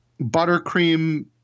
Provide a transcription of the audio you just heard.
buttercream